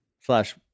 Flash